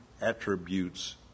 attributes